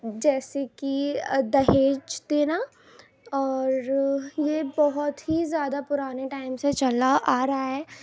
جیسے کہ دہیج دینا اور یہ بہت ہی زیادہ پرانے ٹائم سے چلا آ رہا ہے